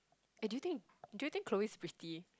eh do you think do you think Chloe is pretty